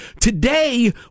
Today